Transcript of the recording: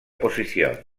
posición